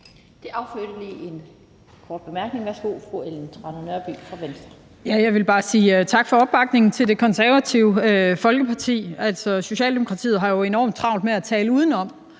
Det affødte en kort bemærkning. Værsgo til fru Ellen Trane Nørby fra Venstre. Kl. 12:51 Ellen Trane Nørby (V): Jeg ville bare lige sige tak for opbakningen til Det Konservative Folkeparti. Socialdemokratiet har jo enormt travlt med at tale udenom